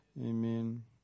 Amen